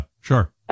Sure